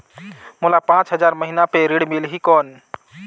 मोला पांच हजार महीना पे ऋण मिलही कौन?